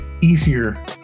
easier